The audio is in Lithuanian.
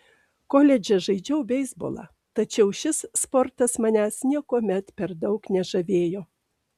koledže žaidžiau beisbolą tačiau šis sportas manęs niekuomet per daug nežavėjo